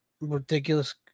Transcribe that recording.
ridiculous